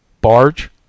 Barge